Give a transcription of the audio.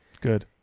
Good